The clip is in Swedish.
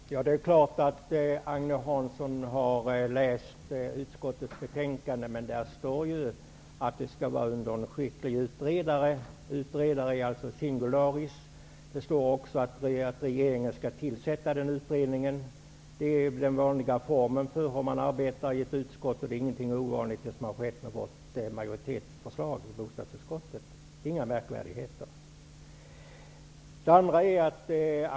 Herr talman! Det är klart att Agne Hansson har läst utskottets betänkande, men där står ju att utredningen skall ledas av en skicklig utredare. Ordet utredare är i singularis. Det står också att regeringen skall tillsätta utredningen. Det är väl i enlighet med den vanliga form som man arbetar efter i utskott. Det som har skett är ingenting ovanligt. Det är ett majoritetsförslag som har lagts fram i bostadsutskottet. Det är inga märkvärdigheter.